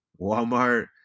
Walmart